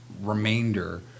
remainder